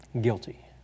Guilty